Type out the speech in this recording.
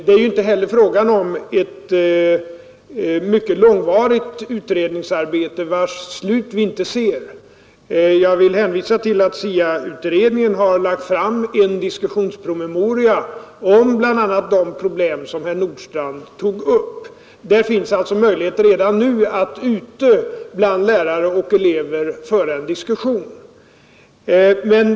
Det är inte heller fråga om ett mycket långvarigt utredningsarbete, vars slut vi inte ser. Jag vill hänvisa till att SIA-utredningen har lagt fram en diskussionspromemoria om bl.a. de problem som herr Nordstrandh tog upp. Det finns alltså möjlighet redan nu att ute bland lärare och elever föra en diskussion.